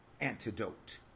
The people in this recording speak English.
antidote